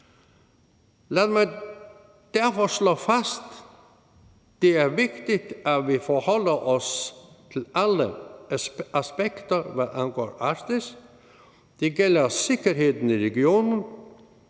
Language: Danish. Lad mig derfor slå fast, at det er vigtigt, at vi forholder os til alle aspekter, hvad angår Arktis. Det gælder sikkerheden i regionen,